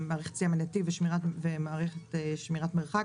מערכת סטייה מנתיב ומערכת שמירת מרחק,